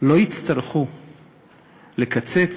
לא יצטרכו לקצץ